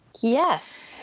Yes